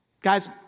Guys